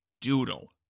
doodle